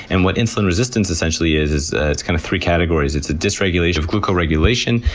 and what's insulin resistance essentially is, it's kind of three categories. it's a dysregulation of glucose regulation,